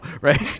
right